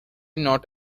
not